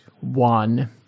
one